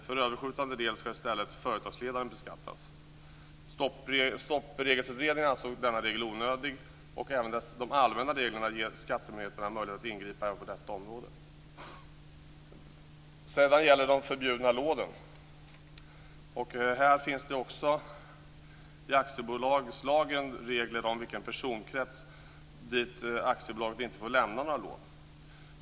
För överskjutande del ska i stället företagsledaren beskattas. Stoppregelutredningen är alltså i denna del onödig. Även de allmänna reglerna ger skattemyndigheterna möjligheter att ingripa även på detta område. När det gäller de förbjudna lånen finns det i aktiebolagslagen regler om vilken personkrets som aktiebolagen inte får ge några lån till.